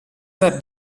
that